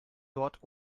dort